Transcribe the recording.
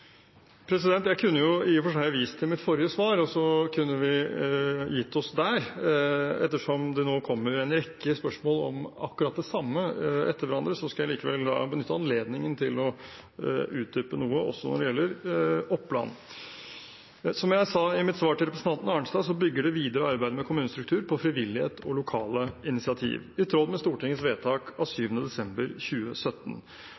Jeg kunne i og for seg vist til mitt forrige svar. Vi kunne gitt oss der, men ettersom det nå kommer en rekke spørsmål om akkurat det samme etter hverandre, skal jeg likevel benytte anledningen til å utdype noe også når det gjelder Oppland. Som jeg sa i mitt svar til representanten Arnstad, bygger det videre arbeidet med kommunestruktur på frivillighet og lokale initiativ, i tråd med Stortingets vedtak av